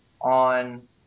on